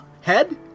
Head